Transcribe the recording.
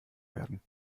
werden